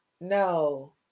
No